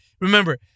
remember